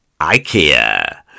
IKEA